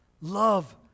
love